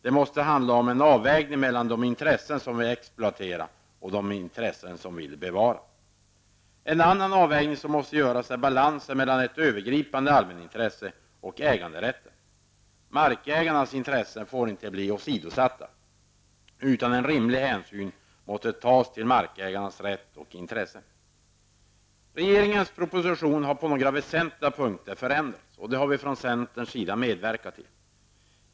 Det måste handla om en avvägning mellan de intressen som vill exploatera och de intressen som vill bevara. En annan avvägning som måste göras är balansen mellan ett övergripande allmänintresse och äganderätten. Markägarnas intressen får inte bli åsidosatta, utan en rimlig hänsyn måste tas till markägarens rätt och intresse. Regeringens proposition har på några väsentliga punkter förändrats, och det har vi från centerns sida medverkat till.